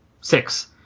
six